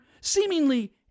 seemingly